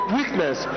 weakness